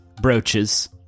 brooches